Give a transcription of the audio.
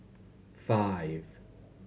five